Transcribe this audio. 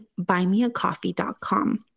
buymeacoffee.com